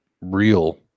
real